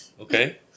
okay